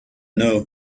know